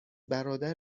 برادر